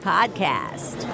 Podcast